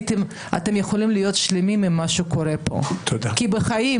אתם יכולים להיות שלמים עם מה שקורה כאן כי בחיים